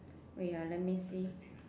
wait ah let me see